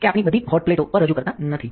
કે આપણે બધી હોટ પ્લેટો પર રજૂ કરતા નથી